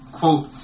quote